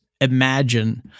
imagine